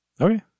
Okay